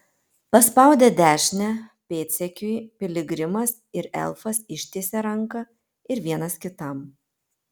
paspaudę dešinę pėdsekiui piligrimas ir elfas ištiesė ranką ir vienas kitam